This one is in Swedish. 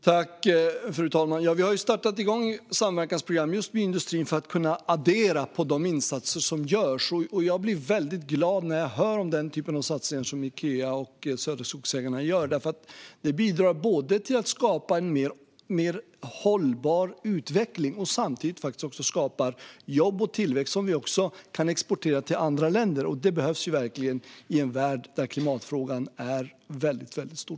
Fru talman! Vi har startat samverkansprogram med industrin för att kunna addera till de insatser som görs. Jag blir väldigt glad när jag hör om den typ av satsningar som Ikea och Södra Skogsägarna gör. Det bidrar både till att skapa en mer hållbar utveckling och till att skapa jobb och tillväxt som vi också kan exportera till andra länder. Det behövs verkligen i en värld där klimatfrågan är så stor.